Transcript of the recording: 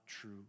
true